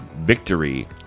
victory